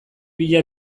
bila